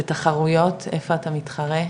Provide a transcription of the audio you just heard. ותחרויות איפה אתה מתחרה?